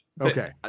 Okay